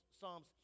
Psalms